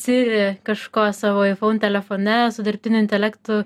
si kažko savo iphone telefone su dirbtiniu intelektu